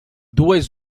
duas